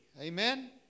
Amen